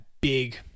big